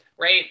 right